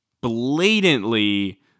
blatantly